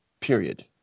period